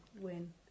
win